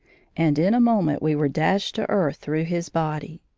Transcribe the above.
and in a moment we were dashed to earth through his body.